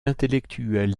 intellectuelle